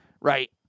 right